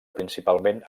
principalment